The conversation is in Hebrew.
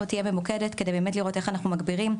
תהיה ממוקדת כדי לראות איך אנחנו מגבירים,